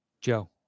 Joe